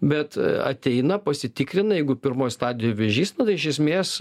bet ateina pasitikrina jeigu pirmoj stadijoj vėžys nu tai iš esmės